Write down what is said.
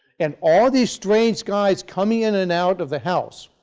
and all these strange guys coming in and out of the house,